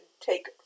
take